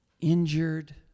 injured